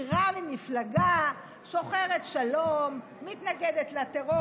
כי רע"מ היא מפלגה שוחרת שלום, מתנגדת לטרור.